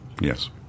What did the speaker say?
Yes